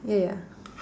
yeah